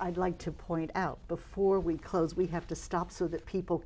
i'd like to point out before we close we have to stop so that people